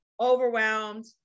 overwhelmed